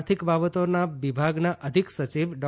આર્થિક બાબતોના વિભાગના અધિક સચિવ ડૉ